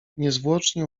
niezwłocznie